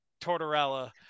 Tortorella